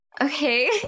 Okay